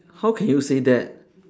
how can you say that